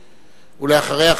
ואחריה,